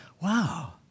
wow